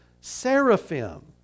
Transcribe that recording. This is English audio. seraphim